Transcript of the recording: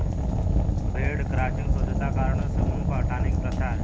भेड़ क्रचिंग स्वच्छता कारणों से ऊन को हटाने की प्रथा है